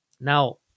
Now